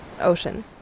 ocean